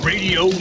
Radio